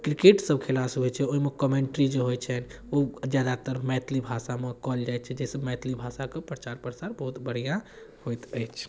cricket सब खेला सब होइ छै ओहिमे कमेण्ट्री जे होइ छनि ओ जादातर मैथिली भाषा मे कयल जाइ छै जाहिसँ मैथिली भाषा कऽ प्रचार प्रसार बहुत बढ़ियाँ होइत अइछ